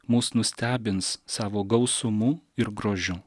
mus nustebins savo gausumu ir grožiu